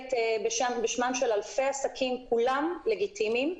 מייצגת אלפי עסקים, כולם לגיטימיים.